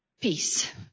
peace